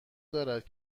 دارد